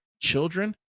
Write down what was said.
children